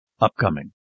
Upcoming